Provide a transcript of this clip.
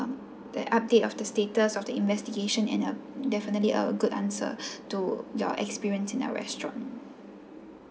the update of the status of the investigation and uh definitely a good answer to your experience in our restaurant